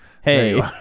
Hey